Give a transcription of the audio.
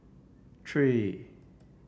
three